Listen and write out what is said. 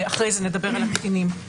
ואחרי זה נדבר על הקטינים.